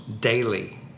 daily